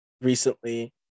recently